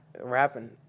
rapping